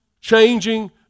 changing